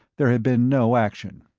there had been no action.